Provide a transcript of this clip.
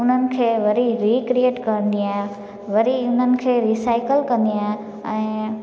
उन्हनि खे वरी रीक्रिएट कंदी आहियां वरी उन्हनि खे रीसाइकल कंदी आहियां ऐं